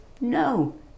no